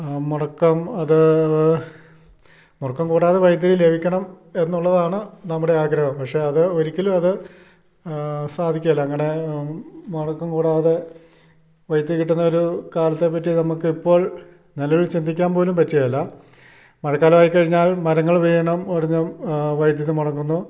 മുടക്കം അത് മുടക്കം കൂടാതെ വൈദ്യതി ലഭിക്കണം എന്നുള്ളതാണ് നമ്മുടെ ആഗ്രഹം പക്ഷെ അത് ഒരിക്കലും അത് സാധിക്കില്ല അങ്ങനെ മുടക്കം കൂടാതെ വൈദ്യതി കിട്ടുന്ന ഒരു കാലത്തെ പറ്റി നമുക്ക് ഇപ്പോൾ നിലവിൽ ചിന്തിക്കാൻ പോലും പറ്റികേലാ മഴക്കാലമായിക്കഴിഞ്ഞാൽ മരങ്ങൾ വീണും ഒടിഞ്ഞും വൈദ്യതി മുടങ്ങുന്നു